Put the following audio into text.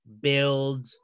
build